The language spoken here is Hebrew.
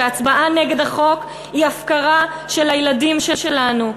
והצבעה נגד החוק היא הפקרה של הילדים שלנו.